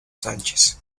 sánchez